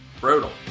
brutal